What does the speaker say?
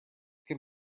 can